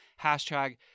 hashtag